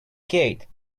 gate